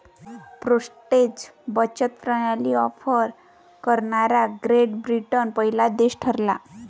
postage बचत प्रणाली offer करणारा ग्रेट ब्रिटन पहिला देश ठरला